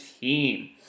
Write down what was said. team